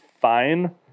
fine